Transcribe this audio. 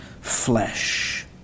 flesh